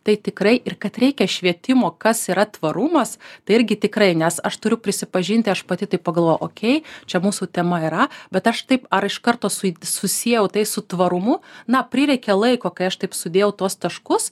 tai tikrai ir kad reikia švietimo kas yra tvarumas tai irgi tikrai nes aš turiu prisipažinti aš pati taip pagalvojau okei čia mūsų tema yra bet aš taip ar iš karto su susiejau tai su tvarumu na prireikė laiko kai aš taip sudėjau tuos taškus